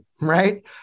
right